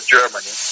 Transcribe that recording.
Germany